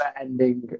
ending